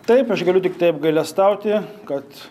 taip aš galiu tiktai apgailestauti kad